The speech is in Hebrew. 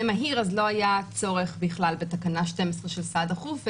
מהיר אז לא היה צורך בכלל בתקנה 12 של סעד דחוף,